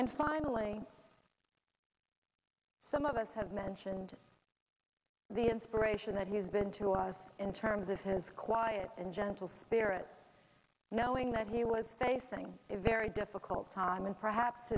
and finally some of us have mentioned the inspiration that he's been to us in terms of his quiet and gentle spirit knowing that he was facing a very difficult time and perhaps